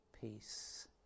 peace